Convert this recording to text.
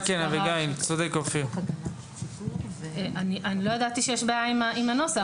לא ידעתי שיש בעיה עם הנוסח.